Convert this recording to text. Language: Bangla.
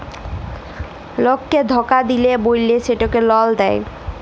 লককে ধকা দিল্যে বল্যে সেটকে লল দেঁয়